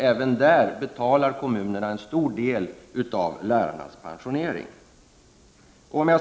Även när det gäller lärarnas pensionering betalar alltså kommunerna en stor del.